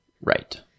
Right